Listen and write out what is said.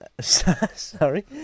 Sorry